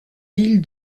ville